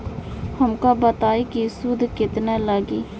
हमका बताई कि सूद केतना लागी?